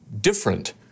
different